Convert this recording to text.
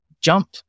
jump